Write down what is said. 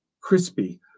crispy